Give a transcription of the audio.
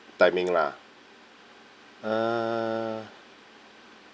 timing lah uh